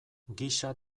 gisa